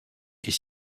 est